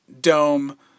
dome